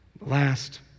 Last